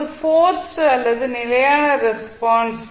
இப்போது போர்ஸ்ட் அல்லது நிலையான ரெஸ்பான்ஸ்